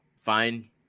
Fine